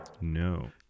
No